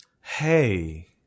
hey